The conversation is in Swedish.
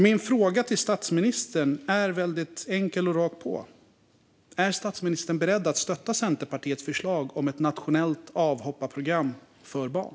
Min fråga till statsministern är väldigt enkel och rakt på: Är statsministern beredd att stötta Centerpartiets förslag om ett nationellt avhopparprogram för barn?